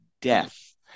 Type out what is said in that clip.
death